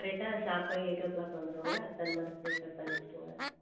கரெக்டாக ஷார்ப்பாக eight o'clock வந்துடுவோங்க அதுக்கு தகுந்தமாதிரி ப்ரிப்பர் பண்ணி வைச்சிருங்க